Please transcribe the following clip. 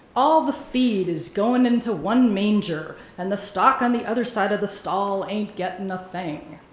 all the feed is goin' into one manger, and the stock on the other side of the stall ain't gettin' a thing.